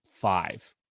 five